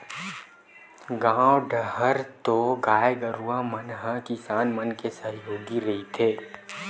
गाँव डाहर तो गाय गरुवा मन ह किसान मन के सहयोगी रहिथे